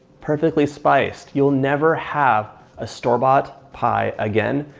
perfectly spiced. you'll never have a store bought pie again.